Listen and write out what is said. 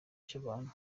cy’abantu